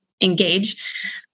engage